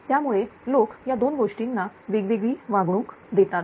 त्यामुळे लोक या दोन गोष्टींना वेगवेगळी वागणूक देतात